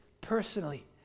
personally